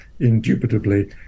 indubitably